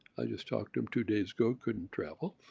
i just talked to him two days ago, couldn't travel.